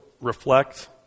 reflect